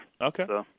Okay